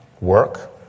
work